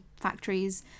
factories